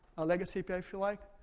a legacy api, if you like,